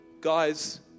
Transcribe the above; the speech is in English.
guys